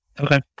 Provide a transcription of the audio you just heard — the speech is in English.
Okay